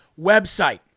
website